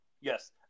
Yes